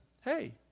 hey